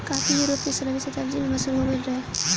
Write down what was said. काफी यूरोप में सोलहवीं शताब्दी में मशहूर हो गईल रहे